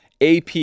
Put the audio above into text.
AP